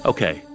Okay